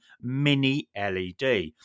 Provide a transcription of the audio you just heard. mini-LED